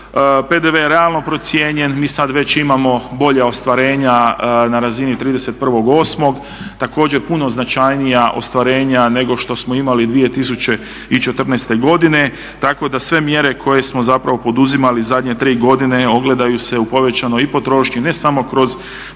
PDV je realno procijenjen. Mi sada već imamo bolja ostvarenja na razini 31.8.. Također puno značajnija ostvarenja nego što smo imali 2014. godine tako da sve mjere koje smo zapravo poduzimali zadnje tri godine ogledaju se u povećanoj i potrošnji ne samo kroz